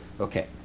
Okay